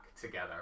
together